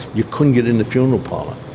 you couldn't get in the funeral parlour.